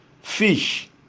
fish